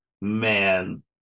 Man